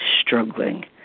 struggling